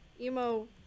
Emo